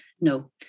No